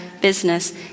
business